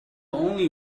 only